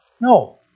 no